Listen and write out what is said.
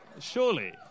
Surely